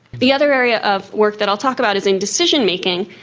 the other area of work that i'll talk about is in decision-making,